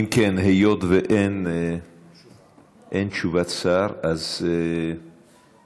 אם כן, היות שאין תשובת שר, אז המציעים,